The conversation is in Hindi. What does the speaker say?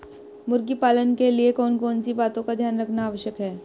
मुर्गी पालन के लिए कौन कौन सी बातों का ध्यान रखना आवश्यक है?